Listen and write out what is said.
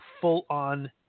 full-on